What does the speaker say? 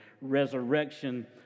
resurrection